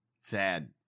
Sad